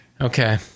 Okay